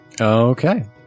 Okay